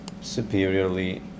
superiorly